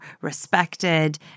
respected